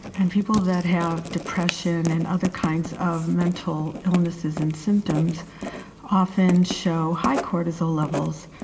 and people that have depression and other kinds of mental illnesses and symptoms often show high cortisol levels.